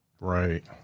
Right